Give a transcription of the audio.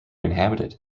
inhabited